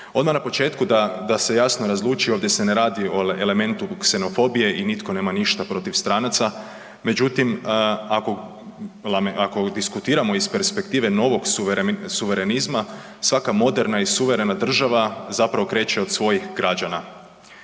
Odmah na početku da se javno razluči, ovdje se ne radi o elementu ksenofobije i nitko nema ništa protiv stranaca, međutim, ako diskutiramo iz perspektive novog suverenizma, svaka moderna i suverena država zapravo kreće od svojih građana.